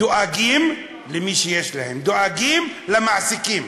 דואגים למי שיש להם, דואגים למעסיקים.